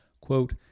Quote